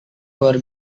luar